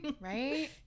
Right